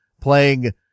playing